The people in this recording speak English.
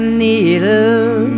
needle